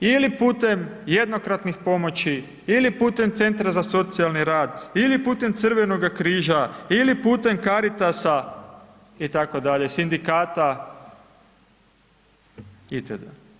Ili putem jednokratnih pomoći ili putem Centra za socijalni rad ili putem Crvenoga križa ili putem Caritasa itd. sindikata itd.